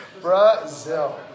Brazil